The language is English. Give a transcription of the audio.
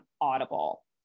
Audible